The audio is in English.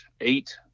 eight